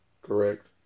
correct